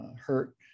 hurt